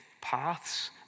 paths